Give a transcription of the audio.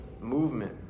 movement